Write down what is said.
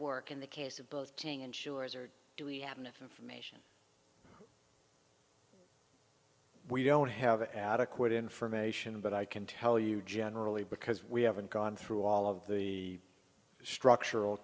work in the case of both being insurers or do we have enough information we don't have adequate information but i can tell you generally because we haven't gone through all of the structural